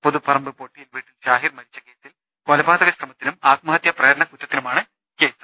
പുതുപ്പറമ്പ് പൊട്ടി യിൽ വീട്ടിൽ ഷാഹിർ മരിച്ച കേസിൽ കൊലപാതക ശ്രമത്തിനും ആത്മഹത്യാ പ്രേരണ കുറ്റത്തിനുമാണ് കേസ്